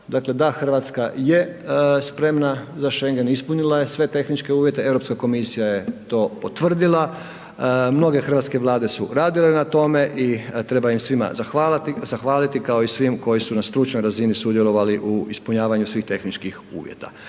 Dakle Hrvatska je spremna za Schengen. Ispunila je sve tehničke uvjete, Europska komisija je to potvrdila, mnoge hrvatske Vlade su radile na tome i treba im svima zahvaliti kao i svim koji su na stručnoj razini sudjelovali u ispunjavanju svih tehničkih uvjeta.